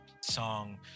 song